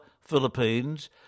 Philippines